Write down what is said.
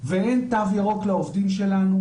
ואין תו ירוק לעובדים שלנו,